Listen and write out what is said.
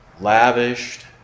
lavished